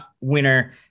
winner